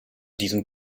diesen